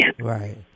Right